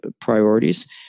priorities